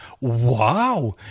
wow